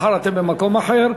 מחר אתם במקום אחר,